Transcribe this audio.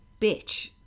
bitch